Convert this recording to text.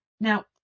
now